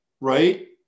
right